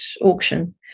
auction